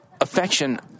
affection